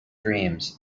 dreams